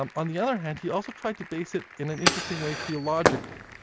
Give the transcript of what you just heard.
um on the other hand, he also tried to base it in an interesting way theologically.